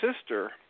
sister